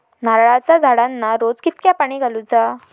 नारळाचा झाडांना रोज कितक्या पाणी घालुचा?